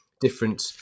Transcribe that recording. different